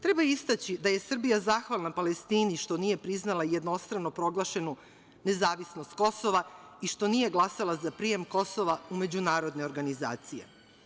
Treba istaći da je Srbija zahvalna Palestini što nije priznala jednostrano proglašenu nezavisnost Kosova i što nije glasala za prijem Kosova u međunarodne organizacije.